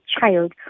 child